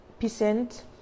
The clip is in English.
percent